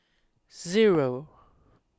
zero